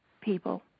people